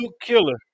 killer